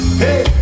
hey